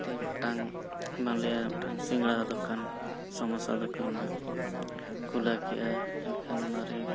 ᱢᱤᱫᱴᱟᱝ ᱢᱟᱱᱞᱤᱭᱟ ᱢᱤᱫᱴᱟᱝ ᱥᱤᱸᱜᱟᱲᱟ ᱫᱚᱠᱟᱱ ᱥᱚᱢᱚᱥᱟ ᱫᱚᱠᱟᱱ ᱚᱱᱟ ᱠᱷᱩᱞᱟᱹᱣ ᱠᱮᱫᱟ ᱮᱱᱠᱷᱟᱱ ᱚᱱᱟᱨᱮ